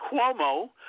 Cuomo